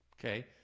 Okay